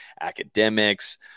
academics